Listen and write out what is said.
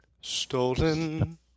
stolen